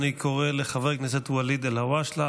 ואני קורא לחבר הכנסת ואליד אלהואשלה,